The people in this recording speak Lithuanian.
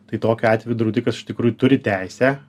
tai tokiu atveju draudikas iš tikrųjų turi teisę